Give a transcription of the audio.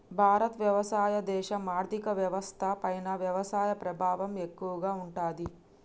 భారత్ వ్యవసాయ దేశం, ఆర్థిక వ్యవస్థ పైన వ్యవసాయ ప్రభావం ఎక్కువగా ఉంటది